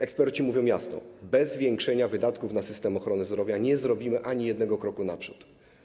Eksperci mówią jasno: bez zwiększenia wydatków na system ochrony zdrowia nie zrobimy ani jednego kroku naprzód.